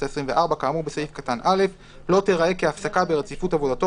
העשרים וארבע כאמור בסעיף קטן (א) לא תיראה כהפסקה ברציפות עבודתו